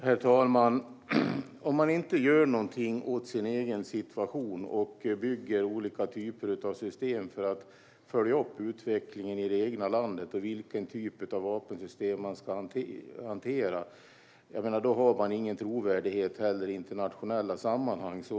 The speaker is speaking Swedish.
Herr talman! Om man inte gör någonting åt sin egen situation och bygger olika typer av system för att följa upp utvecklingen i det egna landet och vilken typ av vapensystem man ska hantera, då menar jag att man inte har någon trovärdighet heller i internationella sammanhang.